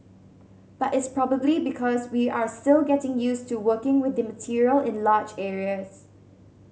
but it's probably because we are still getting used to working with the material in large areas